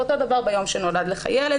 ואותו דבר ביום שנולד לך ילד.